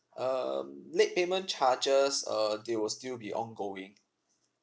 um late payment charges uh they will still be ongoing